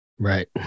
Right